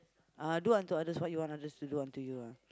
ah do unto others as what you want others to do unto you ah